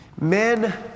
men